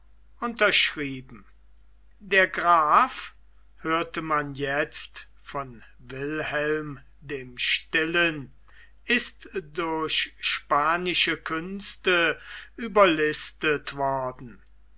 unterschrieben der graf hörte man jetzt von wilhelm dem stillen ist durch spanische künste überlistet worden